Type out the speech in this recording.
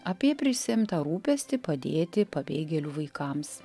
apie prisiimtą rūpestį padėti pabėgėlių vaikams